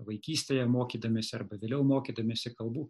vaikystėje mokydamiesi arba vėliau mokydamiesi kalbų